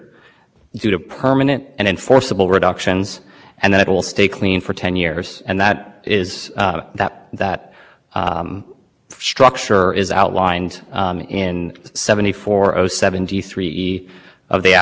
problem that the supreme court recognized and if for future rule makings or even you know looking at the time when u p a has to act it looks at all up when states having to act simultaneously to reduce their emissions so why is